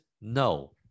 No